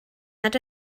nad